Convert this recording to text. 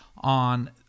on